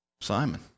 Simon